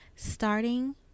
Starting